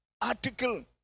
article